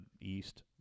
east